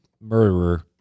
murderer